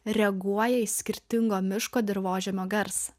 reaguoja į skirtingo miško dirvožemio garsą